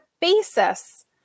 basis